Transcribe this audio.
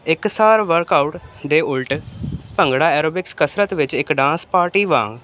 ਇੱਕ ਸਾਰ work out ਦੇ ਉਲਟ ਭੰਗੜਾ ਐਰੋਬਿਕਸ ਕਸਰਤ ਵਿੱਚ ਇੱਕ ਡਾਂਸ ਪਾਰਟੀ ਵਾਂਗ